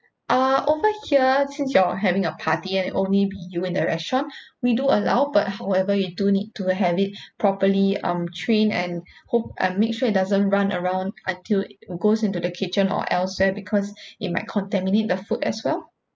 uh over here since you're having a party and only be you in the restaurant we do allow but however you do need to have it properly um trained and hope and make sure it doesn't run around until it goes into the kitchen or elsewhere because it might contaminate the food as well